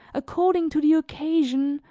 according to the occasion,